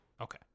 Okay